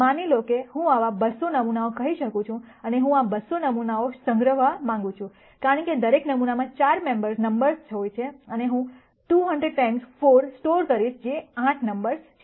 માની લો કે હું આવા 200 નમૂનાઓ કહી શકું છું અને હું આ 200 નમૂનાઓ સંગ્રહવા માંગુ છું કારણ કે દરેક નમૂનામાં 4 નમ્બર્સ હોય છે હું 200 ટાઈમ્સ 4 સ્ટોર કરીશ જે 8 નમ્બર્સ છે